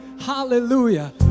Hallelujah